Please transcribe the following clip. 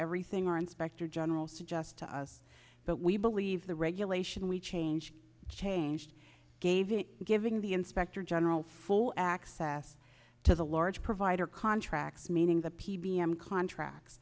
everything our inspector general suggests to us but we believe the regulation we change changed gave it giving the inspector general full access to the large provider contracts meaning the p b m contracts